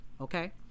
Okay